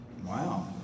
wow